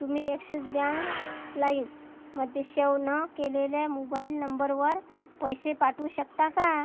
तुम्ही Axis bank स्लाईपमद्दे save न केलेल्या मोबाईल नंबरवर पैसे पाठवू शकता का